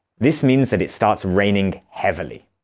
this means that it starts raining heavily.